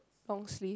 long sleeve